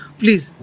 please